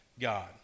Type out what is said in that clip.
God